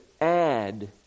add